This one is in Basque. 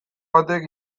batek